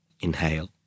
inhale